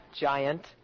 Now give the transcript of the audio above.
giant